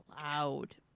loud